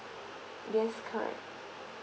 yes correct